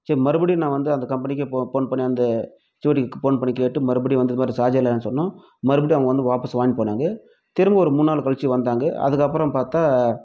சரி மறுபடியும் நான் வந்து அந்த கம்பெனிக்கே போ ஃபோன் பண்ணி அந்த ஃபோன் பண்ணி கேட்டு மறுபடியும் வந்து இதுமாதிரி சார்ஜர் இல்லைனு சொன்னோம் மறுபடியும் அவங்க வந்து வாப்பஸ் வாங்கிட்டு போனாங்கள் திரும்பி ஒரு மூணுநாள் கழிச்சி வந்தாங்கள் அதுக்கப்புறம் பார்த்தா